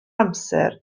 amser